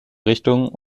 richtung